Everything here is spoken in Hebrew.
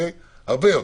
הרבה יותר.